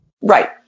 Right